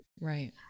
Right